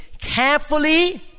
carefully